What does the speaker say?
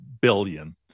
billion